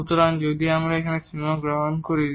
সুতরাং যদি আমরা এখানে সীমা গ্রহণ করি